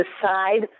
decide